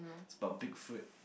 it's about big foot